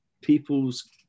people's